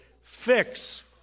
fix